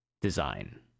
design